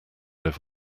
live